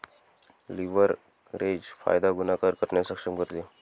leverage फायदा गुणाकार करण्यास सक्षम करते